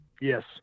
Yes